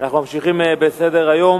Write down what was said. אנחנו ממשיכים בסדר-היום: